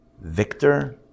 victor